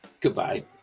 Goodbye